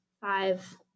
five